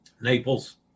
Naples